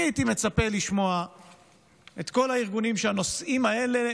אני הייתי מצפה לשמוע את כל הארגונים שהנושאים האלה